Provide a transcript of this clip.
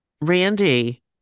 randy